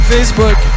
Facebook